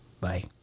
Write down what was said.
Bye